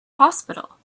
hospital